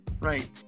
right